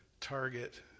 target